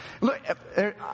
Look